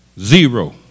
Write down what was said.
Zero